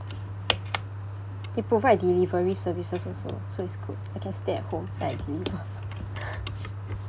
they provide delivery services also so it's good I can stay at home deliver